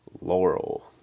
Laurel